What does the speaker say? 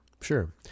sure